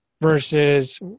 versus